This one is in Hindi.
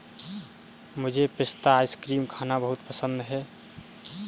मुझे पिस्ता आइसक्रीम खाना बहुत पसंद है